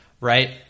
Right